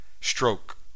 stroke